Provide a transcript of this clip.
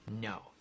No